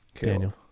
Daniel